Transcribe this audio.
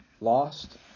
lost